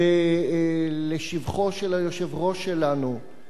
לשבחו של היושב-ראש שלנו,